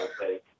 Okay